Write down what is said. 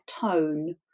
tone